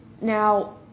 Now